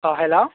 अह hello